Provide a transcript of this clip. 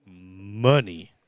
money